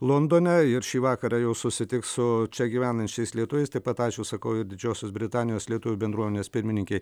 londone ir šį vakarą jau susitiks su čia gyvenančiais lietuviais taip pat ačiū sakau ir didžiosios britanijos lietuvių bendruomenės pirmininkei